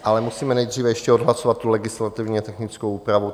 Ale musíme nejdříve ještě odhlasovat tu legislativně technickou úpravu.